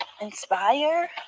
inspire